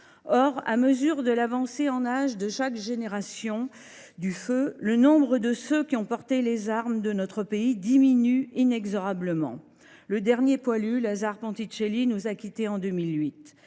À mesure de l’avancée en âge de chaque génération du feu, le nombre de ceux qui ont porté les armes pour notre pays diminue inexorablement. Le dernier poilu, Lazare Ponticelli, nous a quittés en 2008.